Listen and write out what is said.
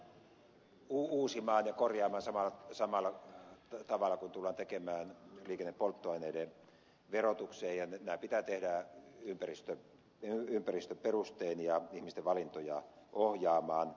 totta kai se tullaan uusimaan ja korjaamaan samalla tavalla kuin tullaan tekemään liikennepolttoaineiden verotuksen suhteen ja nämä pitää tehdä ympäristöperustein ihmisten valintoja ohjaamaan